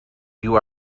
you